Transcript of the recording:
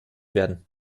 werden